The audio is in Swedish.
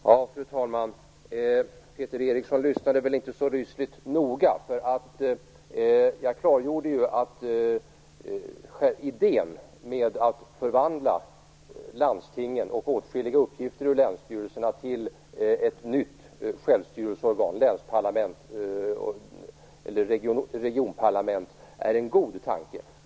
Fru talman! Peter Eriksson lyssnade inte så rysligt noga. Jag klargjorde att idén med att förvandla landstingen och överföra åtskilliga uppgifter från länsstyrelserna till ett nytt självstyrelseorgan, länsparlament eller regionparlament, är en god tanke.